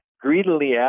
greedily